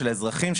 של האזרחים,